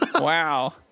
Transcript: Wow